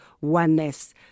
oneness